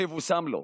שיבושם לו.